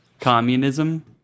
Communism